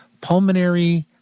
pulmonary